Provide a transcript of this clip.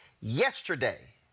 yesterday